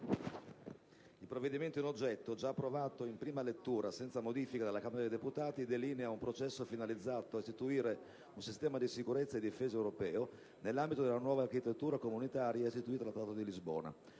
Il provvedimento in oggetto, già approvato in prima lettura senza modificazioni dalla Camera dei deputati, delinea un processo finalizzato all'istituzione di un sistema di sicurezza e difesa europea, nell'ambito della nuova architettura comunitaria istituita dal Trattato di Lisbona.